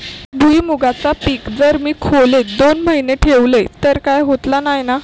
भुईमूगाचा पीक जर मी खोलेत दोन महिने ठेवलंय तर काय होतला नाय ना?